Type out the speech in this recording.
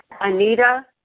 Anita